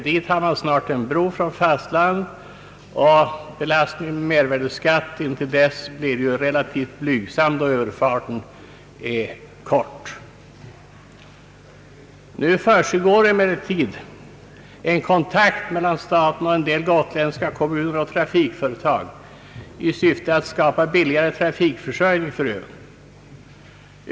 Dit har man snart en bro från fastlandet, och belastningen av mervärdeskatten till dess blir relativt blygsam, då överfarten är kort. Nu upprätthålles emellertid kontakt mellan staten och en del gotländska kommuner och trafikföretag i syfte att skapa billigare trafikförsörjning för ön.